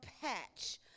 patch